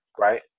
right